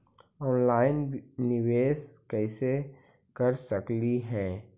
Online निबेस कैसे कर सकली हे?